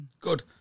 Good